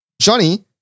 Johnny